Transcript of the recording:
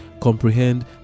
comprehend